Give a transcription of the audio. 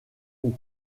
haut